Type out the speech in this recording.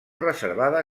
reservada